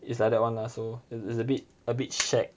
it's like that one lah so it's a bit a bit shag